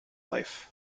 life